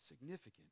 significant